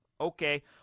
Okay